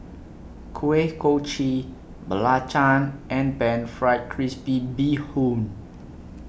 Kuih Kochi Belacan and Pan Fried Crispy Bee Hoon